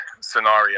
scenario